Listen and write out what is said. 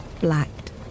blacked